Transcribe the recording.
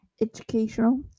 educational